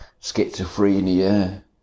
schizophrenia